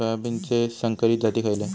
सोयाबीनचे संकरित जाती खयले?